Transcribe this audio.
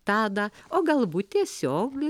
tadą o galbūt tiesiog